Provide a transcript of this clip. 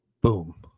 Boom